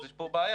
אז יש פה בעיה,